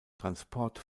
transport